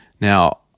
Now